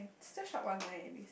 still shop online at least